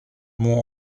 mons